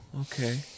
Okay